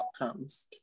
outcomes